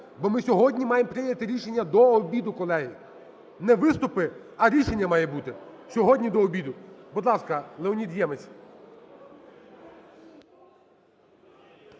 бо ми сьогодні маємо прийняти рішення до обіду, колеги. Не виступи, а рішення має бути сьогодні до обіду. Будь ласка, Леонід Ємець.